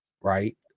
Right